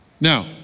Now